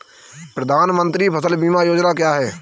प्रधानमंत्री फसल बीमा योजना क्या है?